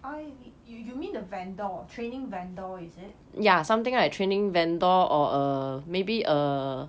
I_B you mean the vendor training vendor is it